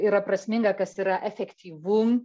yra prasminga kas yra efektyvu